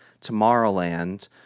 Tomorrowland